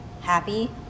happy